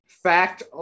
Fact